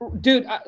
dude